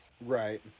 Right